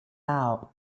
out